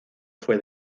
fue